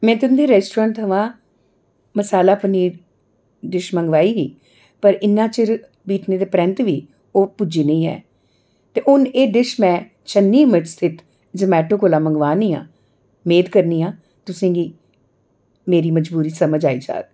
में तुं'दे रेस्टोरेंट थमां मसाला पनीर डिश मंगवाई ही पर इ'न्ना चिर दिक्खने दे परैंत बी ओह् पुज्जी निं ऐ ते हू'न एह् डिश में छन्नी हिम्मत स्थित जेमैटो कोला मंगवाऽ करनी आं मेद करनी आं तुसेंगी मेरी मजबूरी समझ आई जाह्ग